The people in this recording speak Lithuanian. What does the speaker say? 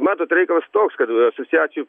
matot reikalas toks kad asociacijų